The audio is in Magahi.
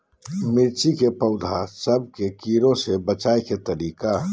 मिर्ची के पौधा सब के कीड़ा से बचाय के तरीका?